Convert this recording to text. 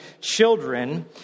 children